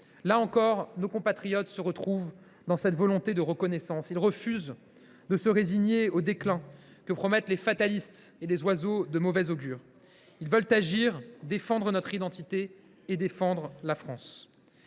Là encore, nos compatriotes se retrouvent dans cette volonté de reconnaissance. Ils refusent de se résigner au déclin que promettent les fatalistes et les oiseaux de mauvais augure. Ils veulent agir, défendre notre identité et défendre la France.